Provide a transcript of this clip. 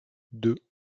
deux